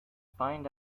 find